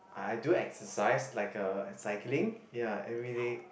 I do exercise like uh cycling ya everyday